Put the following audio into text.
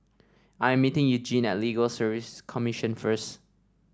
I'm meeting Eugene Legal Service Commission first